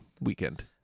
weekend